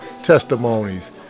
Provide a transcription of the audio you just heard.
testimonies